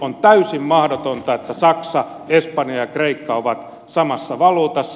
on täysin mahdotonta että saksa espanja ja kreikka ovat samassa valuutassa